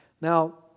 Now